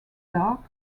dark